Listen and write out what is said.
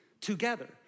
together